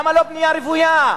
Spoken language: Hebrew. למה לא בנייה רוויה?